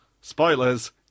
Spoilers